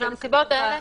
פעם שלישית, כתוב.